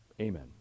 Amen